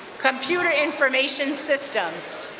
computer information systems.